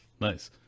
Nice